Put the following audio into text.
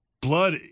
blood